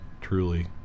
truly